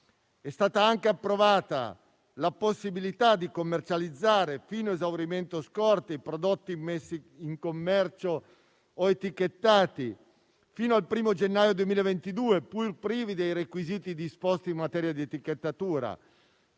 È stata inoltre approvata la possibilità di commercializzare, fino a esaurimento scorte, i prodotti immessi in commercio o etichettati fino al 1° gennaio 2022, seppur privi dei requisiti disposti in materia di etichettatura.